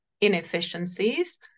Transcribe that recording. inefficiencies